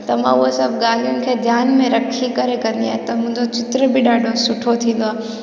त मां उहे सभु ॻाल्हियुनि खे ध्यान में रखी करे कंदी आहियां त मुंहिंजो चित्र बि ॾाढो सुठो थींदो आहे